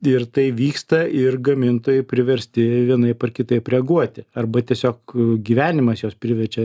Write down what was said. ir tai vyksta ir gamintojai priversti vienaip ar kitaip reaguoti arba tiesiog gyvenimas juos priverčia